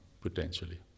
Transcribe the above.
potentially